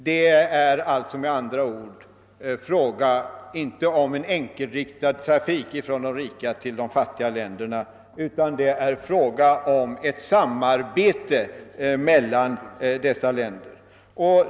Det är med andra ord inte fråga om en enkelriktad trafik från de rika till de fattiga länderna utan om ett samarbete mellan dessa länder.